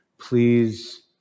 please